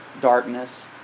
darkness